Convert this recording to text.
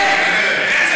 כן,